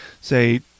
say